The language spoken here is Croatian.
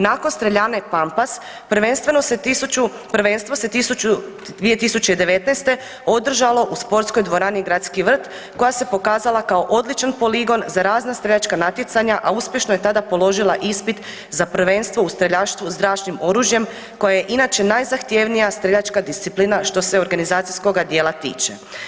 Nakon streljane Pampas prvenstveno se 2019. održalo u sportskoj dvorani Gradski vrt koja se pokazala kao odličan poligon za razna streljačka natjecanja, a uspješno je tada položila ispit za prvenstvo u streljaštvu zračnim oružjem koje je inače najzahtjevnija streljačka disciplina što se organizacijskog dijela tiče.